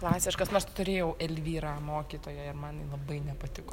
klasiškas nors tu turėjau elvyrą mokytoją ir man ji labai nepatiko